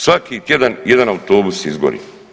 Svaki tjedan jedan autobus izgori.